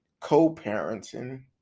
co-parenting